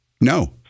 No